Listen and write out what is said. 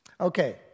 okay